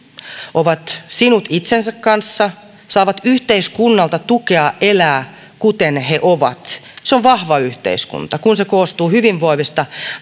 ovat sinut itsensä kanssa saavat yhteiskunnalta tukea elää kuten he he ovat on vahva yhteiskunta kun se koostuu hyvinvoivista